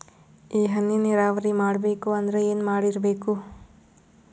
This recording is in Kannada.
ಈ ಹನಿ ನೀರಾವರಿ ಮಾಡಬೇಕು ಅಂದ್ರ ಏನ್ ಮಾಡಿರಬೇಕು?